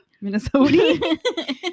Minnesota